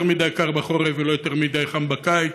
מדי קר בחורף ולא יותר מדי חם בקיץ,